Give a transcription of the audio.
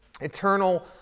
eternal